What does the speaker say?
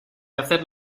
hacer